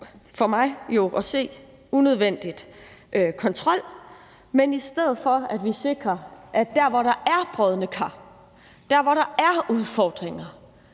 for mig at se unødvendig kontrol. Vi skal i stedet for sikre, at der, hvor der er brodne kar, og der, hvor der er udfordringer,